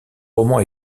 roman